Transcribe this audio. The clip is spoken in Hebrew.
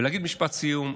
להגיד משפט סיום,